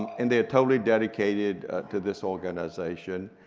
and they're totally dedicated to this organization,